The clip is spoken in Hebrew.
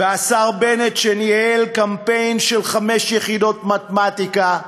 והשר בנט, שניהל קמפיין על חמש יחידות מתמטיקה,